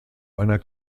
einer